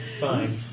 fine